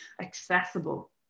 accessible